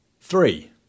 Three